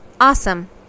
awesome